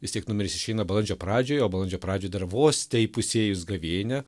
vis tiek numeris išeina balandžio pradžioj o balandžio pradžioj dar vos teįpusėjus gavėnia